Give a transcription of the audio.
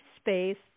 space